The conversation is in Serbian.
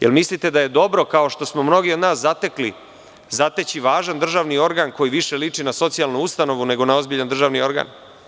Da li mislite da je dobro, kao što smo mnogi od nas zatekli, zateći važan državni organ koji više liči na socijalnu ustanovu nego na ozbiljan državni organ?